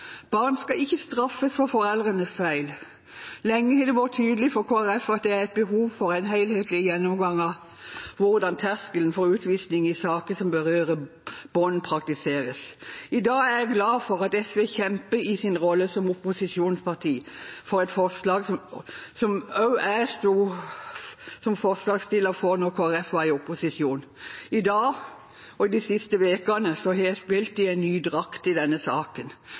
Barn skal ikke straffes for foreldrenes feil. Lenge har det vært tydelig for Kristelig Folkeparti at det er et behov for en helhetlig gjennomgang av hvordan terskelen for utvisning i saker som berører barn, praktiseres. I dag er jeg glad for at SV kjemper i sin rolle som opposisjonsparti for et forslag som også jeg sto som forslagsstiller for da Kristelig Folkeparti var i opposisjon. I dag og de siste ukene har jeg spilt i en ny drakt i denne saken,